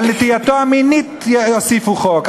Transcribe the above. על נטייתו המינית הוסיפו חוק,